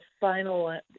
final